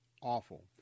awful